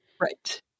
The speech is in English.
right